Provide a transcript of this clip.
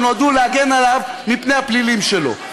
שנועדו להגן עליו מפני הפלילים שלו.